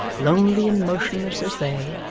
lonely and motionless as they,